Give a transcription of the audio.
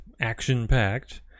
action-packed